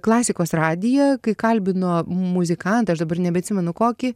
klasikos radiją kai kalbino muzikantą aš dabar nebeatsimenu kokį